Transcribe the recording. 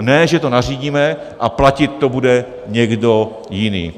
Ne že to nařídíme a platit to bude někdo jiný.